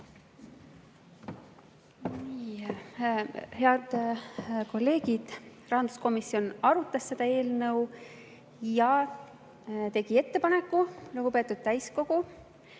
Head kolleegid! Rahanduskomisjon arutas seda eelnõu ja tegi ettepaneku, lugupeetud täiskogu,